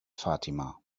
fatima